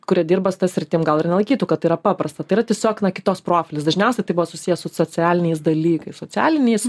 kurie dirba su ta sritim gal ir nelaikytų kad tai yra paprasta tai yra tiesiog na kitoks profilis dažniausiai tai buvo susiję su socialiniais dalykais socialiniais